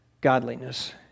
godliness